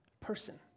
person